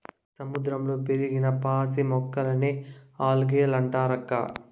సముద్రంలో పెరిగిన పాసి మొక్కలకే ఆల్గే లంటారక్కా